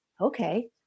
okay